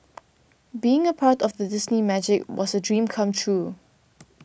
being a part of the Disney Magic was a dream come true